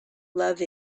love